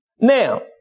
Now